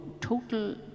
total